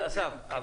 אסף,